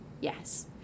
yes